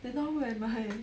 then now who am I